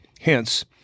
Hence